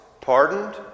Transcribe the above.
pardoned